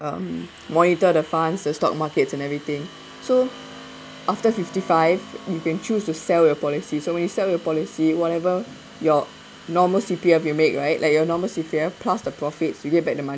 um monitor the funds and stock markets and everything so after fifty five you can choose to sell your policy so when you sell your policy whatever your normal C_P_F you make right like your normal C_P_F plus the profits you get back the money